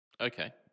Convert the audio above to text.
Okay